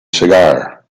sagar